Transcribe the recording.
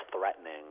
threatening